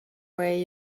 way